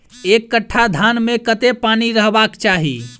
एक कट्ठा धान मे कत्ते पानि रहबाक चाहि?